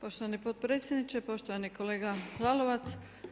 Poštovani potpredsjedniče, poštovani kolega Lalovac.